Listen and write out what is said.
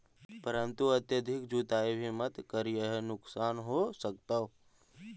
परंतु अत्यधिक जुताई भी मत करियह नुकसान हो सकतो